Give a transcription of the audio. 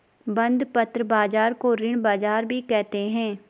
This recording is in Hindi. बंधपत्र बाज़ार को ऋण बाज़ार भी कहते हैं